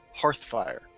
Hearthfire